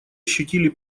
ощутили